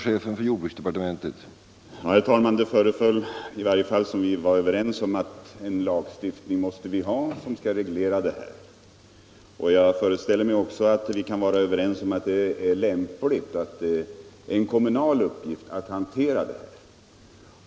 Herr talman! Vi tycks i varje fall vara överens om att vi måste ha en lagstiftning som skall reglera detta. Jag föreställer mig också att vi kan vara överens om att det är lämpligt att det är en kommunal uppgift att hantera saken.